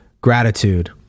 gratitude